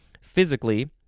physically